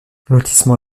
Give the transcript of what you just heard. lotissement